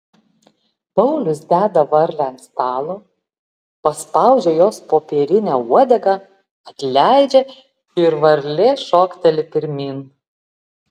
paulius deda varlę ant stalo paspaudžia jos popierinę uodegą atleidžia ir varlė šokteli pirmyn